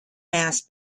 mass